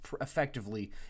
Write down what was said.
effectively